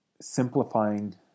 simplifying